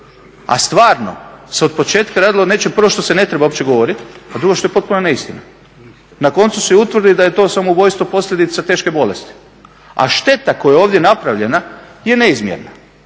a stvarno se otpočetka radilo o nečem prvo što se ne treba uopće govoriti a drugo što je potpuna neistina. Na koncu se i utvrdi da je to samoubojstvo posljedica teške bolesti. A šteta koja je ovdje napravljena je neizmjerna.